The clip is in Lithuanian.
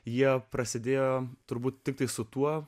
jie prasidėjo turbūt tiktai su tuo